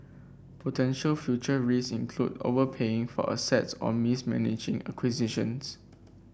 potential future risk include overpaying for assets or mismanaging acquisitions